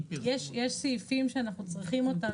יש סעיפים שאנחנו צריכים אותם,